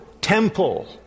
temple